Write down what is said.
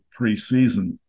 preseason